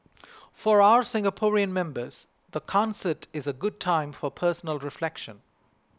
for our Singaporean members the concert is a good time for personal reflection